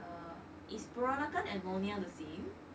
uh is peranakan and nyonya the same